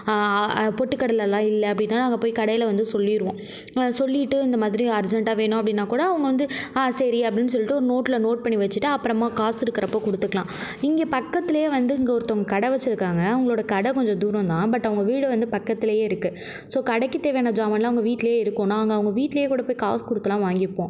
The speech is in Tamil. பொட்டுக்கடலையெலாம் இல்லை அப்படினா நாங்கள் போய் கடையில் வந்து சொல்லிடுவோம் சொல்லிவிட்டு இந்த மாதிரி அர்ஜன்ட்டாக வேணும் அப்படினா கூட அவங்க வந்து ஆ சரி அப்படினு சொல்லிவிட்டு ஒரு நோட்டில் நோட் பண்ணி வச்சுட்டு அப்புறமா காசு இருக்கிறப்போ கொடுத்துக்கலாம் இங்கே பக்கத்திலே வந்து இங்கே ஒருத்தவங்க கடை வச்சுருக்காங்க அவங்களோட கடை கொஞ்சம் தூரம்தான் பட் அவங்க வீடு வந்து பக்கத்திலயே இருக்குது ஸோ கடைக்கு தேவையான சாமானெலாம் அவங்க வீட்டிலே இருக்கும் நாங்கள் அவங்க வீட்டிலே கூட காசு கொடுத்துலாம் வாங்கிப்போம்